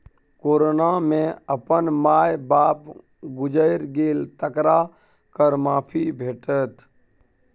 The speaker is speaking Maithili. कोरोना मे अपन माय बाप गुजैर गेल तकरा कर माफी भेटत